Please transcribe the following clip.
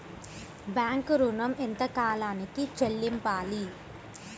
Bank ఋణం ఎంత కాలానికి చెల్లింపాలి?